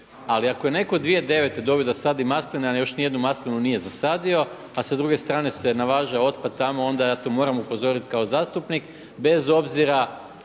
Ali ako je netko 2009. dobio da sadi masline, a još ni jednu maslinu nije zasadio, a sa druge strane se navaža otpad tamo, onda ja to moram upozoriti kao zastupnik bez obzira